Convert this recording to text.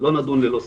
לא נדון ללא סמכות,